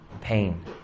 pain